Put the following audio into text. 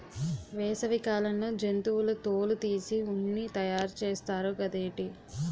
వేసవి కాలంలో జంతువుల తోలు తీసి ఉన్ని తయారు చేస్తారు గదేటి